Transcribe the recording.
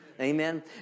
Amen